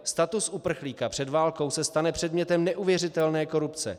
Status uprchlíka před válkou se stane předmětem neuvěřitelné korupce.